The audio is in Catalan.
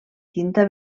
tinta